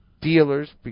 dealers